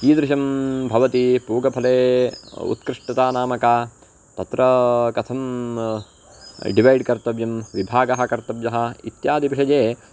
कीदृशं भवति पूगफले उत्कृष्टता नाम का तत्रा कथं डिवैड् कर्तव्यं विभागः कर्तव्यः इत्यादिविषये